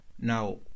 now